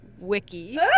wiki